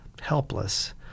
helpless